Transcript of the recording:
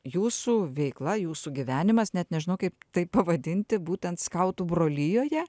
jūsų veikla jūsų gyvenimas net nežinau kaip tai pavadinti būtent skautų brolijoje